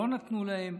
לא נתנו להם.